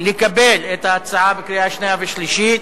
לקבל את ההצעה בקריאה שנייה ושלישית,